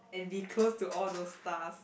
and be close to all those stars